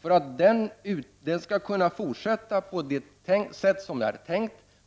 För att den verksamheten skall